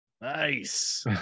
Nice